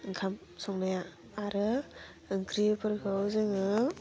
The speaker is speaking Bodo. ओंखाम संनाया आरो ओंख्रिफोरखौ जोङो